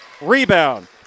rebound